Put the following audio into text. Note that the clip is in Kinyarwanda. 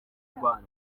rwanda